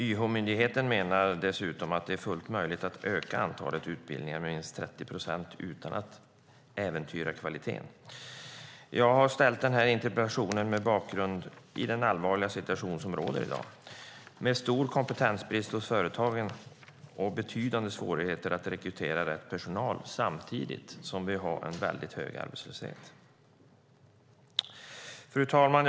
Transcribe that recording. YH-myndigheten menar dessutom att det är fullt möjligt att öka antalet utbildningar med minst 30 procent utan att äventyra kvaliteten. Jag har ställt denna interpellation mot bakgrund av den allvarliga situation som råder i dag med stor kompetensbrist hos företagen och betydande svårigheter att rekrytera rätt personal samtidigt som vi har en mycket hög arbetslöshet. Fru talman!